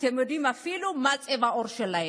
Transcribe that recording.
אתם יודעים, אפילו מה צבע העור שלהם,